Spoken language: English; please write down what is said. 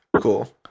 cool